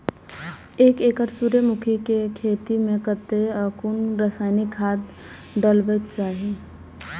एक एकड़ सूर्यमुखी केय खेत मेय कतेक आ कुन रासायनिक खाद डलबाक चाहि?